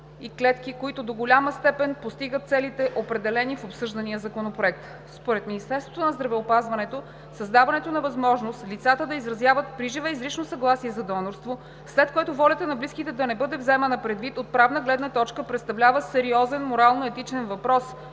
и клетки, които до голяма степен постигнат целите, определени в обсъждания законопроект. Според Министерството на здравеопазването създаването на възможност лицата да изразяват приживе изрично съгласие за донорство, след което волята на близките да не бъде вземана предвид, от правна гледна точка представлява сериозен морално-етичен въпрос,